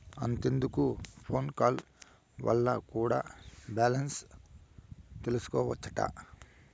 అంతెందుకు phone call వల్ల కూడా బాలెన్స్ తెల్సికోవచ్చట